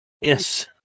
Yes